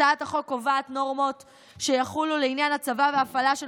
הצעת החוק קובעת נורמות שיחולו לעניין הצבה והפעלה של